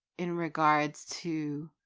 in regards to.